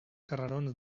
carrerons